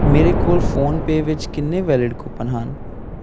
ਮੇਰੇ ਕੋਲ ਫੋਨਪੇਅ ਵਿੱਚ ਕਿੰਨੇ ਵੈਲਿਡ ਕੂਪਨ ਹਨ